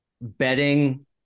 betting